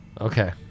Okay